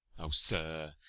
o, sir,